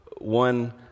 one